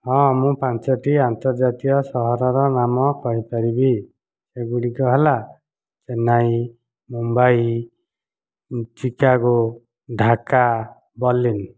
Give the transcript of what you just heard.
ହଁ ମୁଁ ପାଞ୍ଚଟି ଆନ୍ତର୍ଜାତିୟ ସହରର ନାମ କହିପାରିବି ସେଗୁଡ଼ିକ ହେଲା ଚେନ୍ନାଇ ମୁମ୍ବାଇ ଚିକାଗୋ ଢାକା ବର୍ଲିନ